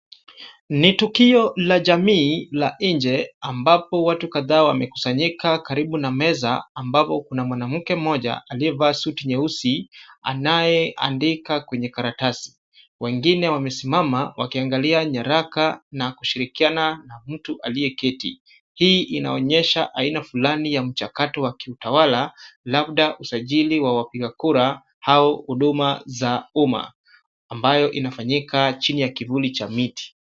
Ni tukio la jamii la nje ambapo watu kadhaa wamekusanyika karibu na meza ambapo kuna mwanamke mmoja aliyevaa suti nyeusi anayeandika kwenye karatasi. Wengine wamesimama wakiangalia nyaraka na kushirikiana na mtu aliyeketi. Hii inaonyesha aina fulani ya mchakato wa kiutawala labda usajili wa wapiga kura au huduma za umma ambayo inafanyika chini ya kivuli cha miti.